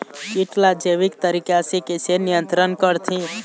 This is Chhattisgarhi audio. कीट ला जैविक तरीका से कैसे नियंत्रण करथे?